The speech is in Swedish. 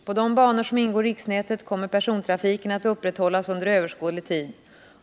På de banor som ingår i riksnätet kommer persontrafiken att upprätthållas under överskådlig tid.